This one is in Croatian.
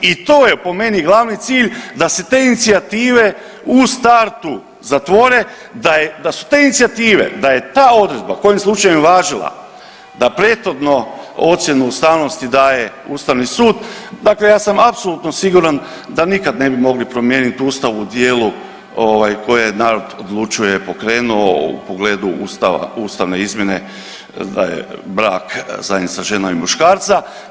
I to je po meni glavni cilj da se te inicijative u startu zatvore, da su te inicijative, da je ta odredba kojim slučajem važila da prethodno ocjenu ustavnosti daje Ustavni sud, dakle ja sam apsolutno siguran da nikad ne bi mogli promijeniti Ustav u dijelu ovaj koje narod odlučuje pokrenuo u pogledu Ustava, ustavne izmjene da je brak zajednica žena i muškarca.